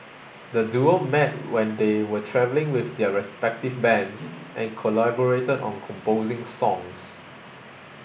the duo met when they were travelling with their respective bands and collaborated on composing songs